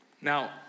Now